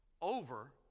over